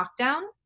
lockdown